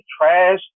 trash